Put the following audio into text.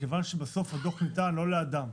מכיוון שבסוף הדוח ניתן לא לאדם,